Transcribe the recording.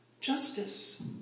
justice